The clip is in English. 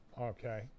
Okay